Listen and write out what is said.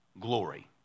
glory